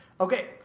Okay